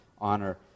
honor